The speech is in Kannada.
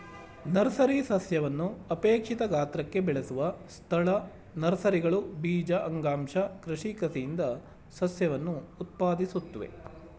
ನರ್ಸರಿ ಸಸ್ಯವನ್ನು ಅಪೇಕ್ಷಿತ ಗಾತ್ರಕ್ಕೆ ಬೆಳೆಸುವ ಸ್ಥಳ ನರ್ಸರಿಗಳು ಬೀಜ ಅಂಗಾಂಶ ಕೃಷಿ ಕಸಿಯಿಂದ ಸಸ್ಯವನ್ನು ಉತ್ಪಾದಿಸುತ್ವೆ